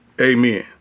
Amen